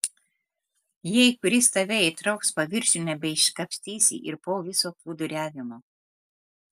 jei kuris tave įtrauks paviršiun nebeišsikapstysi ir po viso plūduriavimo